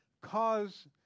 cause